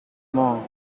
maw